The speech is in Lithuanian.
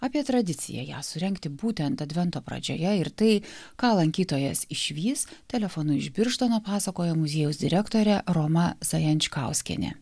apie tradiciją ją surengti būtent advento pradžioje ir tai ką lankytojas išvys telefonu iš birštono pasakojo muziejaus direktorė roma zajančkauskienė